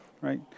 right